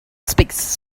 speaks